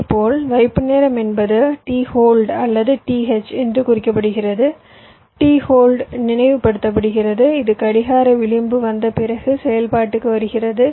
இதேபோல் வைப்பு நேரம் என்பது t ஹோல்ட் அல்லது t h என்று குறிக்கப்படுகிறது t ஹோல்ட் நினைவுபடுத்துகிறது இது கடிகார விளிம்பு வந்த பிறகு செயல்பாட்டுக்கு வருகிறது